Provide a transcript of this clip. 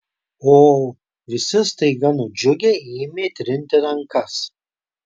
o visi staiga nudžiugę ėmė trinti rankas